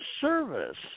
service